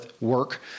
work